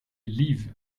liv